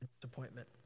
disappointment